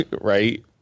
Right